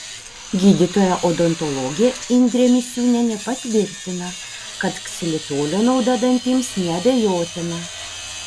gydytoja odontologė indrė misiūnienė patvirtina kad ksilitolio nauda dantims neabejotina